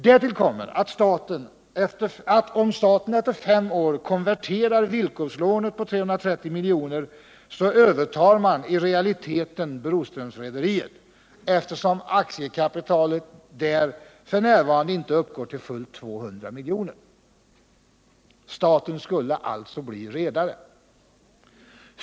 Därtill kommer, att om staten efter fem år konverterar villkorslånet på 330 milj.kr., övertar man i realiteten Broströmsrederiet, eftersom aktiekapitalet där f. n. inte uppgår till fullt 200 miljoner. Staten skulle alltså bli redare.